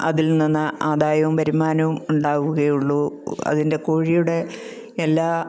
അതിൽ നിന്ന് ആദായവും വരുമാനവും ഉണ്ടാവുകയുള്ളൂ അതിൻ്റെ കോഴിയുടെ എല്ലാ